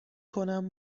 کنم